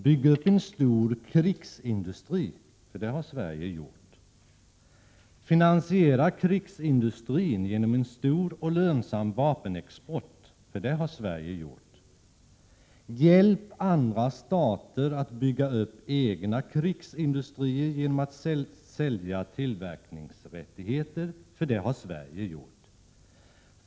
Bygg upp en stor krigsindustri, för det har Sverige gjort! Finansiera krigsindustrin genom en stor och lönsam vapenexport, för det har Sverige gjort! Hjälp andra stater att bygga upp egna krigsindustrier genom att sälja tillverkningsrättigheter, för det har Sverige gjort!